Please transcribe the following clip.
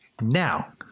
Now